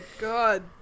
God